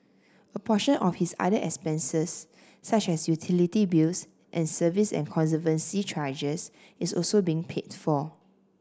a portion of his other expenses such as utility bills and service and conservancy charges is also being paid for